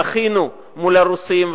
מחינו מול הרוסים,